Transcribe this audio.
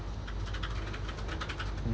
mm